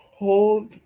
hold